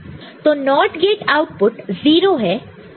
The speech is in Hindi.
तो NOT गेट आउटपुट 0 है